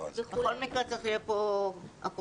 בכל מקרה צריך שתהיה פה אקרובטיקה,